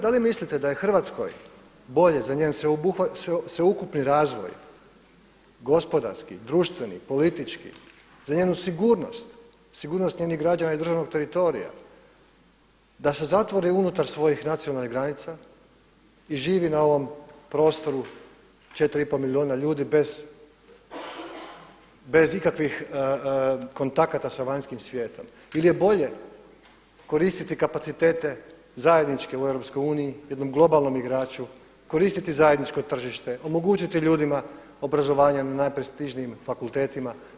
Da li mislite da je Hrvatskoj bolje za njen sveukupni razvoj gospodarski, društveni, politički, za njenu sigurnost, sigurnost njenih građana i državnog teritorija da se zatvori unutar svojih nacionalnih granica i živi na ovom prostoru 4 i pol milijuna ljudi bez ikakvih kontakata sa vanjskim svijetom ili je bolje koristiti kapacitete zajedničke u Europskoj uniji jednom globalnom igraču, koristiti zajedničko tržište, omogućiti ljudima obrazovanje na najprestižnijim fakultetima?